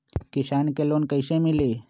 किसान के लोन कैसे मिली?